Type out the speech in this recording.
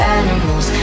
animals